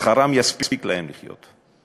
שכרם יספיק להם לחיות.